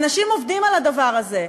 אנשים עובדים על הדבר הזה.